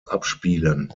abspielen